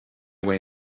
way